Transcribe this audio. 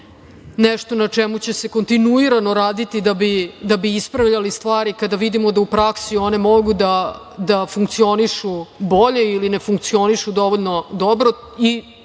nešto na čemu će se kontinuirano raditi da bi ispravljali stvari kada vidimo da u praksi one mogu da funkcionišu bolje ili ne funkcionišu dovoljno dobro.